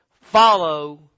Follow